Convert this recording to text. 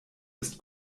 ist